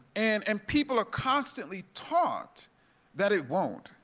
and and people are constantly taught that it won't,